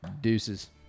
Deuces